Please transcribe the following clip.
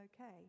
okay